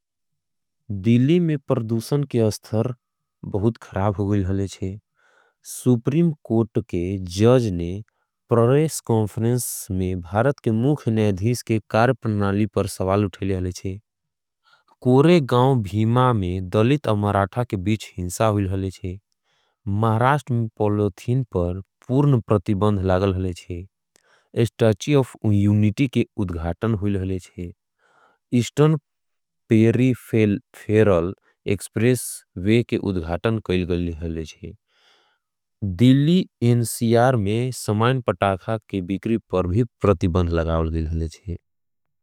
दिली में पर्दूसन के अस्थर बहुत खराब होगईल हले छे सुप्रीम कोट के जज ने प्ररेश कौंफरेन्स में भारत के मुख नयधीस के कारेपन नाली पर सवाल उठेले हले छे कोरे गाउं भीमा में दलित अमराठा के बीच हिंसा होगईल हले छे महराश्ट में पॉलो थिन पर पूर्ण प्रतिबंध लागल हले छे स्टाची अफ उनिटी के उद्घाटन होगईल हले छे इस्टन पेरी फेरल एकस्प्रेस वे के उद्घाटन काईल गईल हले छे दीली इन सी आर में समयन पताखा के बीकरी पर भी प्रतिबंध लागल हले छे।